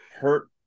hurt